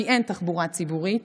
כי אין תחבורה ציבורית,